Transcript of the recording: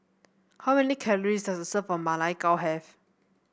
how many calories does a serve of Ma Lai Gao have